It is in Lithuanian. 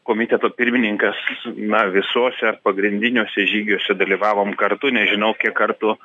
komiteto pirmininkas na visuose pagrindiniuose žygiuose dalyvavom kartu nežinau kiek kartų